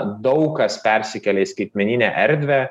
daug kas persikelia į skaitmeninę erdvę